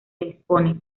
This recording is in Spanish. disponen